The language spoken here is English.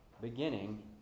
Beginning